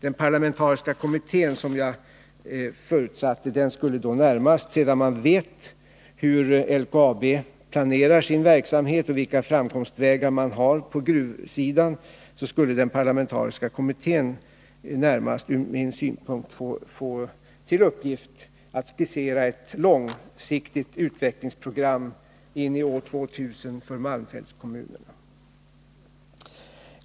Den parlamentariska kommittén, som jag förutsatte skulle tillsättas, borde närmast — när man vet hur LKAB planerar sin verksamhet och vilka framkomstvägar som finns på gruvsidan — få till uppgift att skissera ett långsiktigt utvecklingsprogram in i år 2000 för malmfältskommunerna.